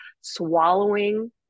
Swallowing